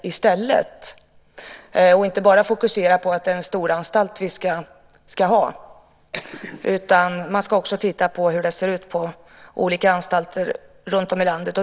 Vi ska inte bara fokusera på att det är en storanstalt vi ska ha, utan vi ska också titta på hur det ser ut på olika anstalter runtom i landet.